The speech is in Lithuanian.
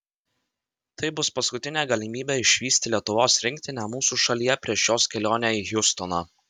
tai bus paskutinė galimybė išvysti lietuvos rinktinę mūsų šalyje prieš jos kelionę į hjustoną